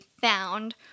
found